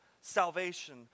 salvation